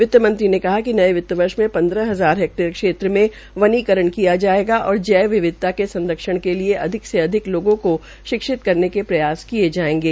वितमंत्री ने कहा कि नये वित्त वर्ष में पन्द्रह हजार हैक्टयेर क्षेत्र में वनीकरण किया किया जायेगा और जैव विविधता के संरक्षण के लिए अधिक से अधिक लोगों को शिक्षित करने का प्रयास किये जायेंगे